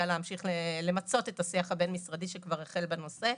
להמשיך למצות את השיח הבין משרדי שכבר החל בנושא.